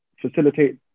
facilitate